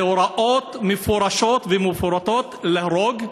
זה הוראות מפורשות ומפורטות להרוג,